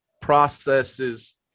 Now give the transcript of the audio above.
processes